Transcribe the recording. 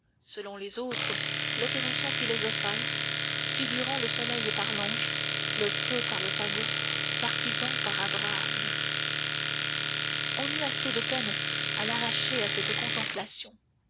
selon les autres l'opération philosophale figurant le soleil par l'ange le feu par le fagot l'artisan par abraham on eut assez de peine à l'arracher à cette contemplation